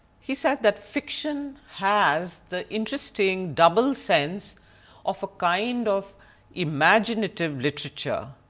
he said that fiction has the interesting double sense of a kind of imaginative literature.